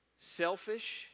selfish